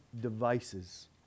devices